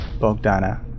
Bogdana